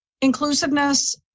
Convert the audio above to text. inclusiveness